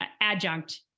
adjunct